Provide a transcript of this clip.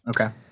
Okay